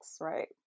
right